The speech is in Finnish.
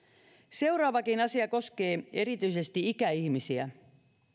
seuraavakin asia koskee erityisesti ikäihmisiä